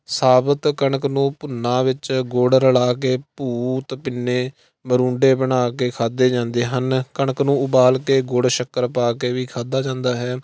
ਸਾਬਤ ਕਣਕ ਨੂੰ ਭੁੰਨਾ ਵਿੱਚ ਗੁੜ ਰਲਾ ਕੇ ਭੂਤ ਭਿੰਨੇ ਮਰੂੰਡੇ ਬਣਾ ਕੇ ਖਾਧੇ ਜਾਂਦੇ ਹਨ ਕਣਕ ਨੂੰ ਉਬਾਲ ਕੇ ਗੁੜ ਸ਼ੱਕਰ ਪਾ ਕੇ ਵੀ ਖਾਧਾ ਜਾਂਦਾ ਹੈ